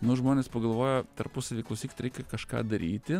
nu žmonės pagalvojo tarpusavy klausyt reikia kažką daryti